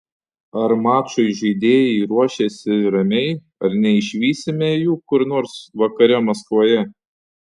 ar mačui žaidėjai ruošiasi ramiai ar neišvysime jų kur nors vakare maskvoje